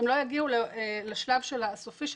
הם לא יגיעו לשלב הסופי שלהם,